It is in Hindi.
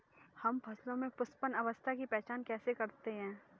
हम फसलों में पुष्पन अवस्था की पहचान कैसे करते हैं?